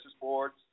boards